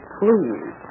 please